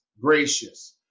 gracious